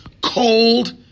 cold